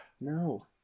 no